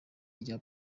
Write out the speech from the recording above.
rya